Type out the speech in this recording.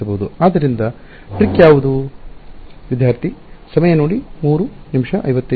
ಆದ್ದರಿಂದ ಟ್ರಿಕ್ ಯಾವುದು